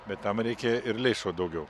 bet tam reikia ir lėšų daugiau